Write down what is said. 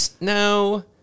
No